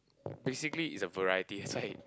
basically is a variety that's why